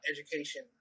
education